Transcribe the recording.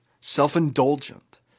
self-indulgent